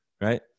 right